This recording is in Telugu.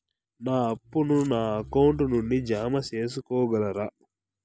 నా అప్పును నా అకౌంట్ నుండి జామ సేసుకోగలరా?